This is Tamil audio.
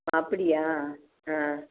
அப்படியா ஆ